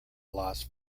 las